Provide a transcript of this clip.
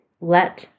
let